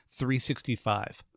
365